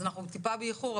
אנחנו מעט איחור,